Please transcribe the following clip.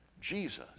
Jesus